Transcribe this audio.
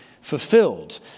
fulfilled